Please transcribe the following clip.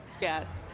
yes